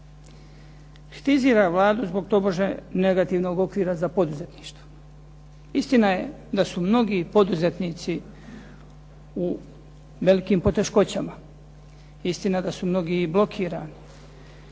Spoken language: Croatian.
Kritizira Vladu zbog tobože negativnog okvira za poduzetništvo. Istina je da su mnogi poduzetnici u velikim poteškoćama, istina da su mnogi i blokirani.